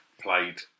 played